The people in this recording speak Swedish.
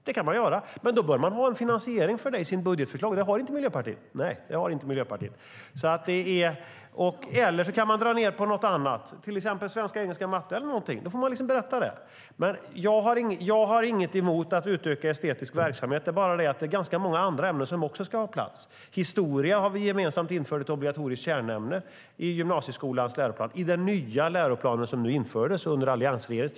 Det kan man göra, men då bör man ha en finansiering för det i sin budgetförklaring. Det har inte Miljöpartiet. Eller så drar man ned på något annat, till exempel svenska, engelska eller matte, och då får man berätta det. Jag har inget emot att utöka estetisk verksamhet, men det är många andra ämnen som också ska ha plats. Historia har vi gemensamt infört som obligatoriskt kärnämne i den nya läroplanen för gymnasieskolan som infördes av alliansregeringen.